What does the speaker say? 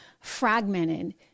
fragmented